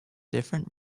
different